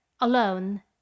alone